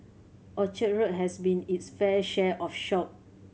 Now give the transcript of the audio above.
Orchard Road has seen it's fair share of shock